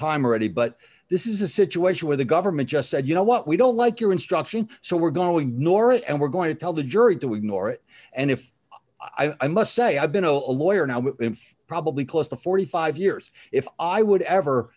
time ready but this is a situation where the government just said you know what we don't like your instruction so we're going to nora and we're going to tell the jury to ignore it and if i must say i've been a lawyer now will probably close to forty five years if i would ever